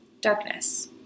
darkness